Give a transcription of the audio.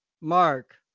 Mark